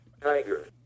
Tiger